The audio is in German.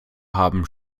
haben